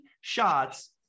shots